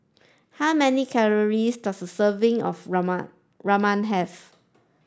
how many calories does a serving of Ramen Ramen have